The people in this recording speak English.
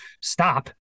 stop